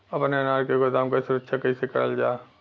अपने अनाज के गोदाम क सुरक्षा कइसे करल जा?